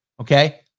okay